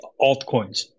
altcoins